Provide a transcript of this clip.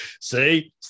See